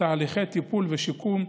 תהליכי טיפול ושיקום,